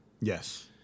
yes